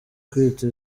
kwita